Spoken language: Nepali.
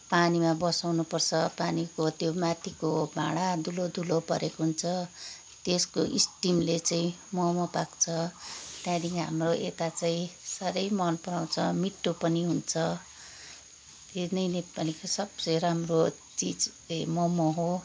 पानीमा बसाउनुपर्छ पानीको त्यो माथिको भाँडा दुलो दुलो परेको हुन्छ त्यसको स्टिमले चाहिँ मोमो पाक्छ त्यहाँदेखि हाम्रो यता चाहिँ साह्रै मन पराउँछ मिठो पनि हुन्छ त्यो नै नेपालीको सबसे राम्रो चिज चाहिँ मोमो हो